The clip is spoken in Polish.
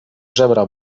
żebra